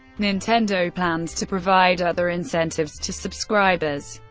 nintendo plans to provide other incentives to subscribers,